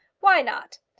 why not?